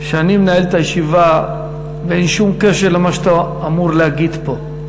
כשאני מנהל את הישיבה אין שום קשר למה שאתה אמור להגיד פה.